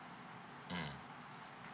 mm